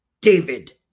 David